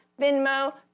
Venmo